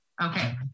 okay